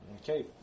Okay